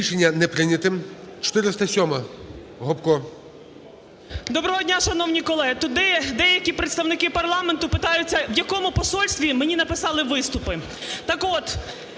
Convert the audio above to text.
Доброго дня, шановні колеги! Тут деякі представники парламенту питаються, в якому посольстві мені написали виступи.